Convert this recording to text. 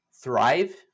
thrive